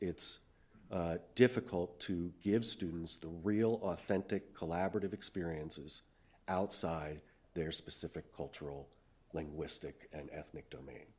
it's difficult to give students the real authentic collaborative experiences outside their specific cultural linguistic and ethnic domain